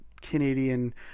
Canadian